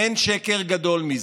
אין שקר גדול מזה.